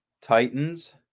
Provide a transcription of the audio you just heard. Titans